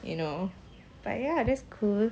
you know but ya that's cool